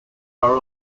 are